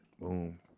Boom